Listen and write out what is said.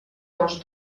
dels